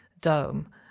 dome